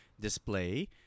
display